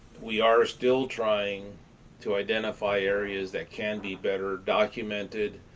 we are still trying to identify areas that can be better documented,